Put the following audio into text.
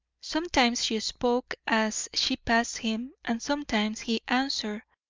sometimes she spoke as she passed him, and sometimes he answered,